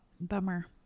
bummer